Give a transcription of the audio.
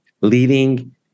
leading